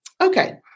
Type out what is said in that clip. Okay